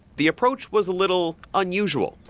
the approach was a little unusual.